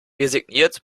resigniert